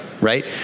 right